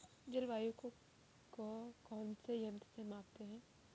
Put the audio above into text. जलवायु को कौन से यंत्र से मापते हैं?